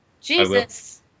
Jesus